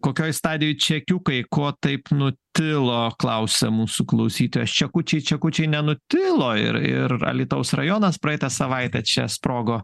kokioj stadijoj čekiukai ko taip nutilo klausia mūsų klausytojas čekučiai čekučiai nenutilo ir ir alytaus rajonas praeitą savaitę čia sprogo